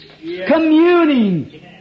communing